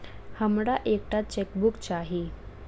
हमरा एक टा चेकबुक चाहि